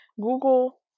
Google